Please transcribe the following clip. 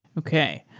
okay.